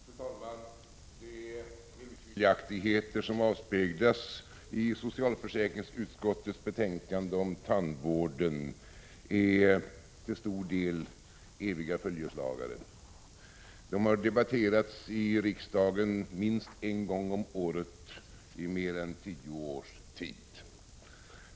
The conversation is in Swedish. Fru talman! De meningsskiljaktigheter som avspeglas i socialförsäkringsutskottets betänkande om tandvården är till stor del eviga följeslagare. De har debatterats i riksdagen minst en gång om året i mer än tio års tid.